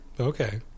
Okay